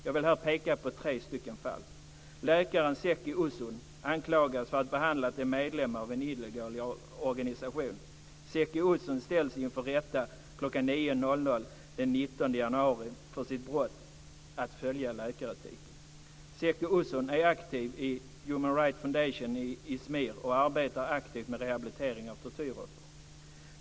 Jag vill här peka på tre stycken fall. Läkaren Zeki Uzun anklagades för att ha behandlat en medlem av en illegal organisation. Zeki Uzun ställs inför rätta kl. 9.00 den 19 januari för sitt brott, att följa läkaretiken. Zeki Uzun är aktiv i Human Rights Foundation i Izmir och arbetar aktivt med rehabilitering av tortyroffer.